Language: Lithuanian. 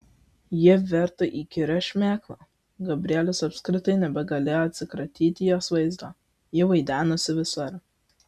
ji virto įkyria šmėkla gabrielius apskritai nebegalėjo atsikratyti jos vaizdo ji vaidenosi visur